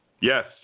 Yes